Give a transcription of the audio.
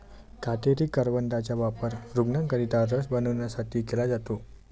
काटेरी करवंदाचा वापर रूग्णांकरिता रस बनवण्यासाठी केला जातो